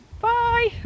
bye